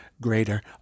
greater